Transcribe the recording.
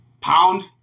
pound